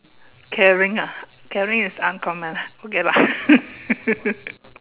caring ah caring is uncommon ah okay lah